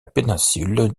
péninsule